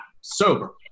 sober